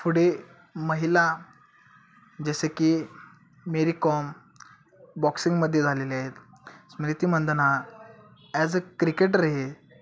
पुढे महिला जसे की मेरी कॉम बॉक्सिंगमध्ये झालेले आहेत Smriti Mandhana as a cricketer हे